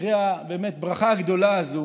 אחרי הברכה הבאמת-גדולה הזו,